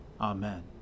Amen